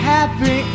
Happy